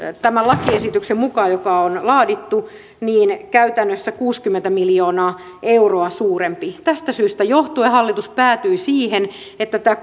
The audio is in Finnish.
tämän lakiesityksen mukaan joka on laadittu käytännössä kuusikymmentä miljoonaa euroa suurempi tästä syystä johtuen hallitus päätyi siihen että tämä